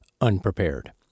unprepared